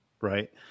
right